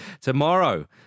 tomorrow